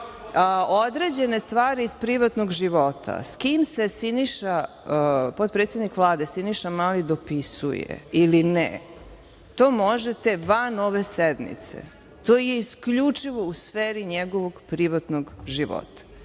određene stvari iz privatnog života, sa kim se Siniša, potpredsednik Vlade, Siniša Mali, dopisuje ili ne, to možete van ove sednice, to je isključivo u sferi njegovog privatnog života,